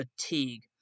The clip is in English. fatigue